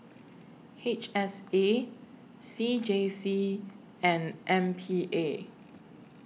H S A C J C and M P A